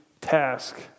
task